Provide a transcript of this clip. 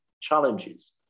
challenges